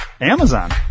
Amazon